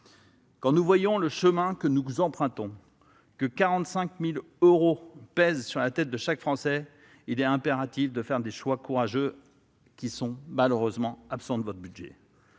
vécu. Au vu du chemin que nous empruntons- 45 000 euros pèsent sur la tête de chaque Français -, il est impératif de faire des choix courageux. De tels choix sont malheureusement absents de votre budget